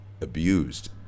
abused